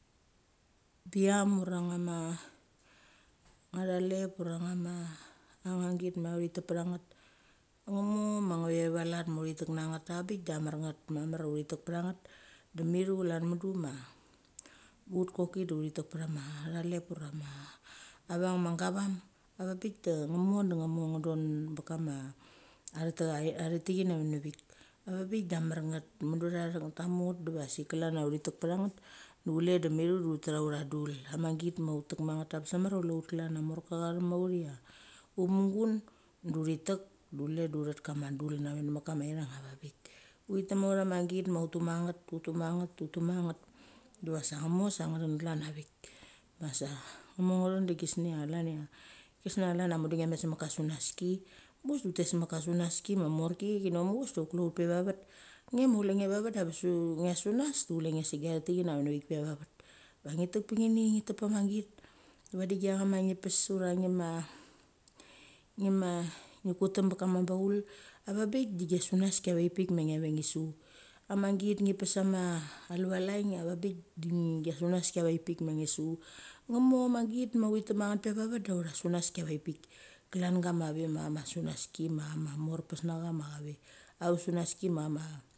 Pichama ura chama thalep ura a cham git ma uthi tek pechanget. Ngmoma ngve valet ma uthi tek necha nget abik da a mar nget mamar a authi tek pecha nget de mithu chlan mudu ma, ut koki du uthi tek pecha ma thalep ura a veng ma gavam a veing bik de ngmon de ngmo ndgon pekam athe tek a atek chini averi vik. A veng bik da a mar nget mudu tha thek kamu nget, diva sik klan cha uthi tek pacha nget chuchul de mithualu ut tatha autha dul. A ma git ma uthi tek ma nget abes mamar a chile ut klan a morka cha thek ma ut cha utmu gun du uthi tek de chule de ut the kama dul nave necha mit ka ma ithang a veing bik. Uthitek ma autha ma git ma uttu ma nget uttu ma nget, uttu ama nget diva sa ngmo sa ngthen glan a vit vik, a sa ngmo ngthen de gesngi chlan ia kisngia chlan ia mudu ngia met se mek ka sunaski. Mues du utet se mek ka sunaski ma morki thi nok muchaves de chule ut peva vet. Nge ma chule nge se gia thek tek chini a veni vik pe va vet. Va ngi tek pa chini ngi tek pacha ma git vadi gia chama nge pes ura ngema, nge ma ngi kutam pakama baul, a vamg bik de gia sunaski a vekpik ma necha ve nge su. A ma git ngi pes ama lualaing a va bik deng gia sunaski a vek pik ma ngi su. Ngamo ma git ma uthi tek manget pe va vet de autha sunaski avek pik. Klan gama ve ma sunaski ma chama morpes necha ve ava sunaski machama.